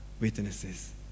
witnesses